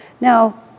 Now